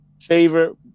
favorite